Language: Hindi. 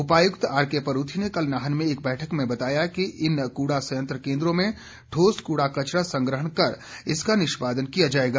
उपायुक्त आरकेपरूर्थी ने कल नाहन में एक बैठक में बताया कि इन कूड़ा संयंत्र केंद्रों में ठोस कूड़ा कचरा संग्रहण कर इसका निष्पादन किया जाएगा